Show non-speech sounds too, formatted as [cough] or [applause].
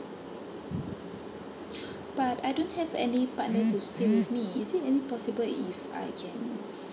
[breath] but I don't have any partner to stay with me is it maybe possible if I can